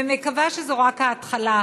ואני מקווה שזו רק ההתחלה.